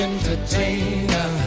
entertainer